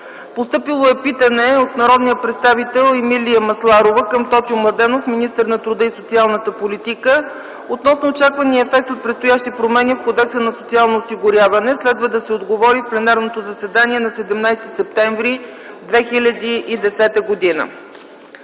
Постъпило е питане от народния представител Емилия Масларова към Тотю Младенов – министър на труда и социалната политика, относно очаквания ефект от предстоящи промени в Кодекса за социално осигуряване. Следва да се отговори в пленарното заседание на 17 септември 2010 г.